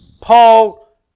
Paul